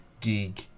gig